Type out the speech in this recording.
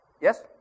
Yes